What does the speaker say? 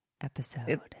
episode